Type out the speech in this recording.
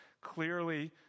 clearly